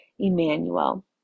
Emmanuel